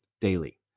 daily